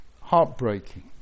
heartbreaking